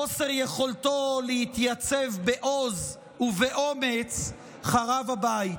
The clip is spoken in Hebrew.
חוסר יכולתו להתייצב בעוז ובאומץ, חרב הבית.